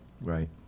Right